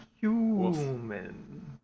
human